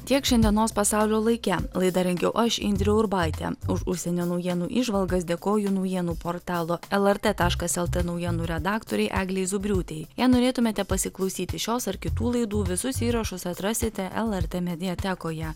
tiek šiandienos pasaulio laike laidą rengiau aš indrė urbaitė už užsienio naujienų įžvalgas dėkoju naujienų portalo lrt taškas lt naujienų redaktorei eglei zubriutei jei norėtumėte pasiklausyti šios ar kitų laidų visus įrašus atrasite lrt mediatekoje